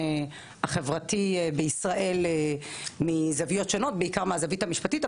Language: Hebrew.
החברתי בישראל מזוויות שונות בעיקר מהזווית המשפטית,